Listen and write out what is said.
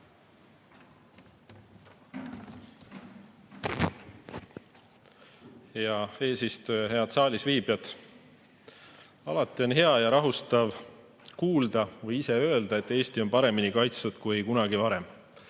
Hea eesistuja! Head saalisviibijad! Alati on hea ja rahustav kuulda või ise öelda, et Eesti on paremini kaitstud kui kunagi varem,